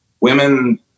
women